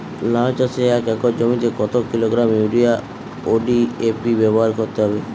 লাউ চাষে এক একর জমিতে কত কিলোগ্রাম ইউরিয়া ও ডি.এ.পি ব্যবহার করতে হবে?